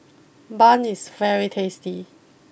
Bun is very tasty